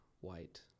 white